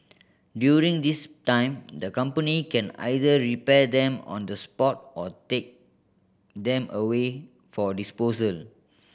during this time the company can either repair them on the spot or take them away for disposal